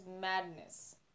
madness